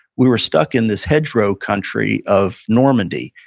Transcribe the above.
we were stuck in this hedgerow country of normandy.